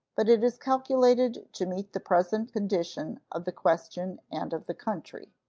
but it is calculated to meet the present condition of the question and of the country.